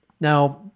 Now